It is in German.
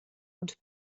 und